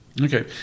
Okay